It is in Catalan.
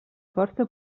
força